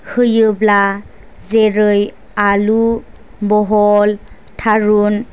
होयोब्ला जेरै आलु बहल थारुन